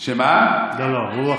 לא, לא.